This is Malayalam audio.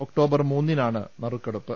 ഒക്ടോബർ മൂന്നി നാണ് നറുക്കെടുപ്പ്